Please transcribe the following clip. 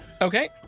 Okay